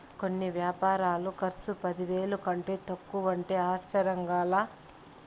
కొన్ని యాపారాల కర్సు పదివేల కంటే తక్కువంటే ఆశ్చర్యంగా లా